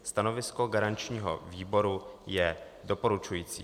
Stanovisko garančního výboru je doporučující.